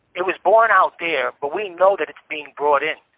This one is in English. it was born out there. but we know that it's being brought in.